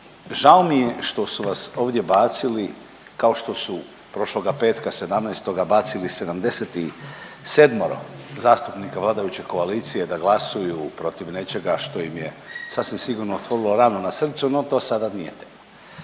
žao mi je što su vas ovdje bacili kao što su prošloga petka, 17. bacili 77 zastupnika vladajuće koalicije da glasuju protiv nečega što im je, sasvim sigurno, otvorilo ranu na srcu, no to sada nije tema.